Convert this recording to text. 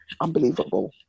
unbelievable